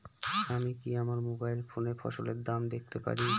আমি কি আমার মোবাইল ফোনে ফসলের দাম দেখতে পারি?